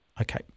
Okay